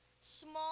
small